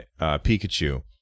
Pikachu